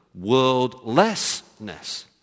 worldlessness